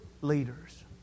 leaders